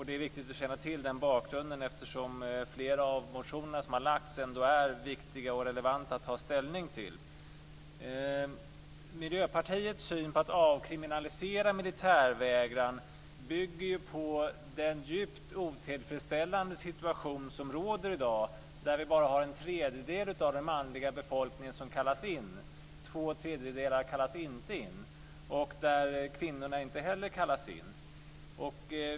Det är viktigt att känna till den bakgrunden eftersom flera av motionerna som har lagts fram ändå är viktiga och relevanta att ta ställning till. Miljöpartiets syn på att avkriminalisera militärvägran bygger på den djupt otillfredsställande situation som råder i dag där bara en tredjedel av den manliga befolkningen kallas in. Två tredjedelar kallas inte in. Kvinnorna kallas inte heller in.